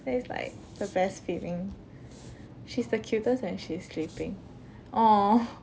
that is like the best feeling she's the cutest when she's sleeping !aww!